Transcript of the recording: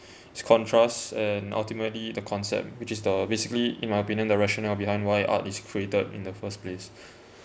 its contrast and ultimately the concept which is the basically in my opinion the rationale behind why art is created in the first place